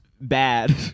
bad